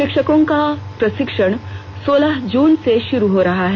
शिक्षकों का प्रशिक्षण सोलह जून से शुरू हो रहा है